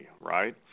right